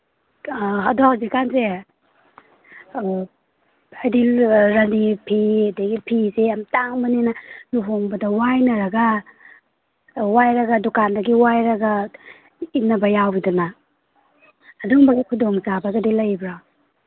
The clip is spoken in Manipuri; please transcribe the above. ꯑꯥ ꯑꯗꯣ ꯍꯧꯖꯤꯛꯀꯥꯟꯁꯦ ꯍꯥꯏꯗꯤ ꯔꯥꯅꯤ ꯐꯤ ꯑꯗꯒꯤ ꯐꯤꯁꯦ ꯌꯥꯝ ꯇꯥꯡꯕꯅꯤꯅ ꯂꯨꯍꯣꯡꯕꯗ ꯋꯥꯏꯅꯔꯒ ꯋꯥꯏꯔꯒ ꯗꯨꯀꯥꯟꯗꯒꯤ ꯋꯥꯏꯔꯒ ꯏꯟꯅꯕ ꯌꯥꯎꯋꯤꯗꯅ ꯑꯗꯨꯝꯕꯒꯤ ꯈꯨꯗꯣꯡꯆꯥꯕꯒꯗꯤ ꯂꯩꯕ꯭ꯔꯣ